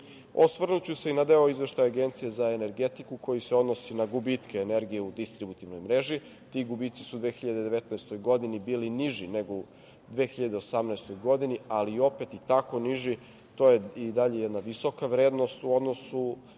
nadalje. Osvrnuću se i na deo Izveštaja Agencije za energetiku koji se odnosi na gubitke energije u distributivnoj mreži. Ti gubici su u 2019. godini bili niži nego u 2018. godini, ali opet i tako niži to je i dalje jedna visoka vrednost u odnosu